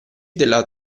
della